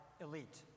elite